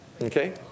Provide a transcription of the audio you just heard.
Okay